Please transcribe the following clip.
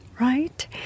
Right